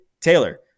Taylor